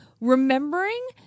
remembering